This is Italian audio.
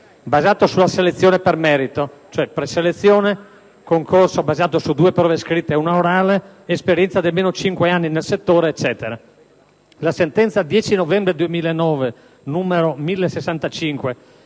basato sulla selezione per merito (preselezione, concorso basato su due prove scritte e una prova orale, esperienza di almeno 5 anni nel settore e così via). La sentenza 10 novembre 2009, n. 1065